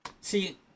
See